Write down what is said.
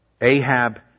Ahab